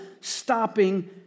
stopping